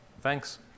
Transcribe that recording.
thanks